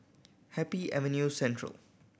Happy Avenue Central